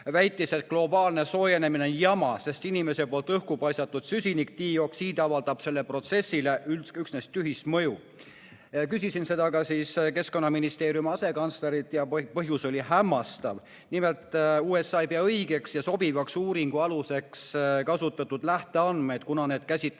väitis, et globaalne soojenemine on jama, sest inimese poolt õhku paisatud süsinikdioksiid avaldab sellele protsessile üksnes tühist mõju? Küsisin seda ka Keskkonnaministeeriumi asekantslerilt ja põhjus oli hämmastav. Nimelt, USA ei pea õigeks ja sobivaks uuringu aluseks kasutatud lähteandmeid, kuna need käsitlevad